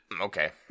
okay